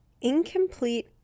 incomplete